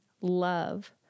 love